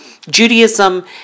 Judaism